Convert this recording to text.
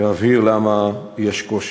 וברצוני להבהיר למה יש קושי.